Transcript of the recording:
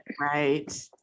Right